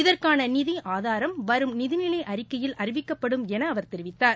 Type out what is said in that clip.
இதற்கான நிதி ஆதாரம் வரும் நிதிநிலை அறிக்கையில் அறிவிக்கப்படும் என அவர் தெரிவித்தார்